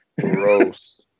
Gross